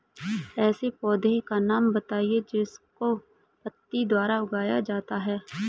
ऐसे पौधे का नाम बताइए जिसको पत्ती के द्वारा उगाया जाता है